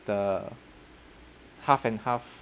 the half and half